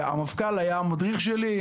המפכ"ל היה המדריך שלי,